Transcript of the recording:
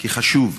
כי זה חשוב.